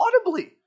audibly